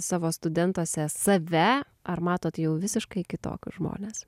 savo studentuose save ar matot jau visiškai kitokius žmones